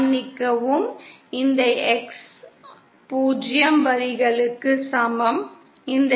மன்னிக்கவும் இந்த X 0 வரிகளுக்கு சமம் இந்த X 0